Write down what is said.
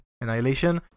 Annihilation